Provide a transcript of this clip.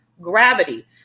gravity